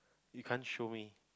you can't show me